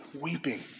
weeping